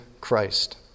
Christ